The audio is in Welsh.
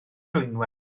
dwynwen